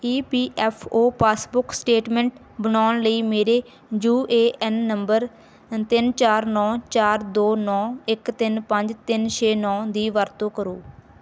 ਈ P F O passbook statement ਬਣਾਉਣ ਲਈ ਮੇਰੇ ਯੂ ਏ ਐਨ ਨੰਬਰ ਤਿੰਨ ਚਾਰ ਨੌਂ ਚਾਰ ਦੋ ਨੌ ਇੱਕ ਤਿੰਨ ਪੰਜ ਤਿੰਨ ਛੇ ਨੌਂ ਦੀ ਵਰਤੋਂ ਕਰੋ